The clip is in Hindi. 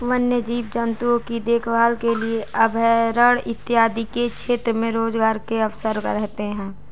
वन्य जीव जंतुओं की देखभाल के लिए अभयारण्य इत्यादि के क्षेत्र में रोजगार के अवसर रहते हैं